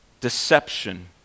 deception